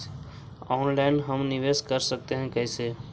Online हम निवेश कर सकते है, कैसे?